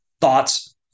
thoughts